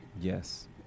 Yes